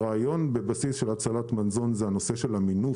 הרעיון בבסיס של הצלת מזון זה הנושא של המינוף,